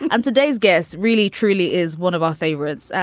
and today's guests really truly is one of our favorites.